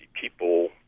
people